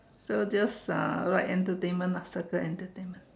so those uh like entertainment lah better entertainment